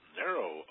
narrow